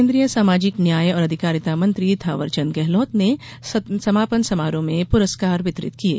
केन्द्रीय सामाजिक न्याय और आधिकारिता मंत्री थांवरचंद गेहलोत ने समापन समारोह में पुरस्कार वितरित किये